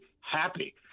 happy